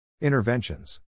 Interventions